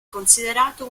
considerato